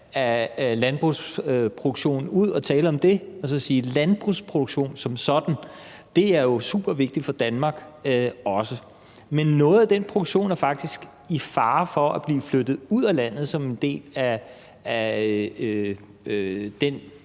af landbrugsproduktionen ud og så tale om det. Landbrugsproduktion som sådan er jo også supervigtigt for Danmark, men noget af den produktion er faktisk i fare for at blive flyttet ud af landet som en del af den